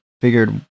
figured